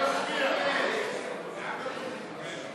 הצעת סיעת יש עתיד להביע אי-אמון